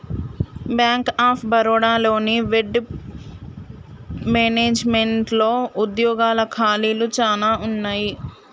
bank of Baroda లోని wealth మేనేజ్మెంట్లో ఉద్యోగాల ఖాళీలు చానా ఉన్నయి